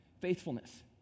Faithfulness